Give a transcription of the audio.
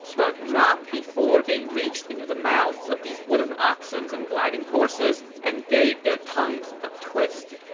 but, not before they reached into the mouths of these wooden oxens and gliding horses and gave their tongues a twist.